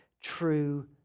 true